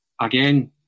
again